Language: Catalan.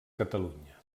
catalunya